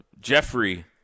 Jeffrey